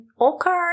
okay